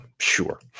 Sure